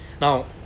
Now